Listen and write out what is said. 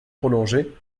prolongé